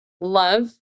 love